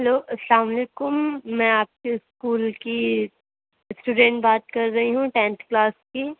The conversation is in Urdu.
ہیلو السّلام علیکم میں آپ کے اسکول کی اسٹوڈنٹ بات کر رہی ہوں ٹینتھ کلاس کی